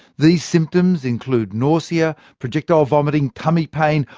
these symptoms include nausea, projectile vomiting, tummy pain,